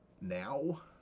now